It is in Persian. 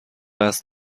قصد